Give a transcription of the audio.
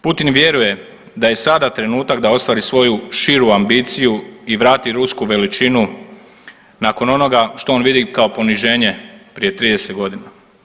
Putin vjeruje da je sada trenutak da ostvari svoju širu ambiciju u vrati rusku veličinu nakon onoga što on vidi kao poniženje prije 30 godina.